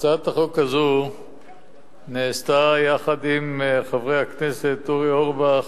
הצעת החוק הזו נעשתה יחד עם חברי הכנסת אורי אורבך,